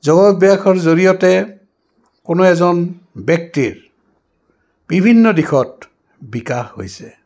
যোগ অভ্যাসৰ জৰিয়তে কোনো এজন ব্যক্তিৰ বিভিন্ন দিশত বিকাশ হৈছে